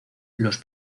los